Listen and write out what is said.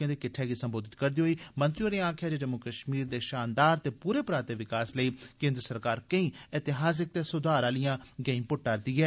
इस मौके इक किट्टै गी सम्बोधित करदे होई मंत्री होरें आक्खेया जे जम्मू कश्मीर दे शानदार दे पूरे पराते विकास लेई केन्द्र सरकार केंई ऐतिहासिक ते सुधार आलियां गैंई पुट्टा रदी ऐ